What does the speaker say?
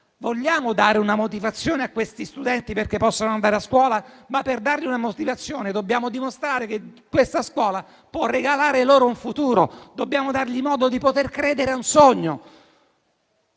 Vogliamo dare una motivazione a questi studenti perché possano andare a scuola? Per farlo, però, dobbiamo dimostrare che questa scuola può regalare loro un futuro; dobbiamo dar loro modo di credere a un sogno.